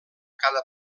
cada